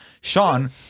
Sean